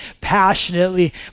passionately